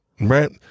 Right